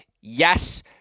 yes